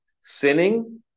sinning